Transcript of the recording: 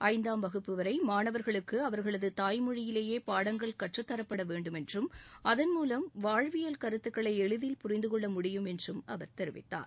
ஐந்தாம் வகு்பபு வரை மாணவர்களுக்கு அவர்களது தாய் மொழியிலேயே பாடங்கள் கற்றத்தரப்பட வேண்டுமென்றும் அதன் மூலம் வாழ்வியல் கருத்துக்களை எளிதில் புரிந்து கொள்ள உதவிடும் என்றும் அவர் தெரிவித்தார்